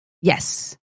Yes